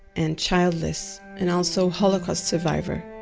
and childless, and also holocaust survivor,